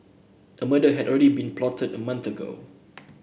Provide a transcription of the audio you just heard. a murder had already been plotted a month ago